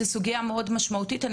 זו סוגיה משמעותית מאוד,